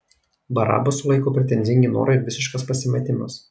barabą sulaiko pretenzingi norai ir visiškas pasimetimas